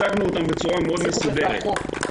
הצגנו אותם בצורה מסודרת מאוד.